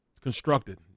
constructed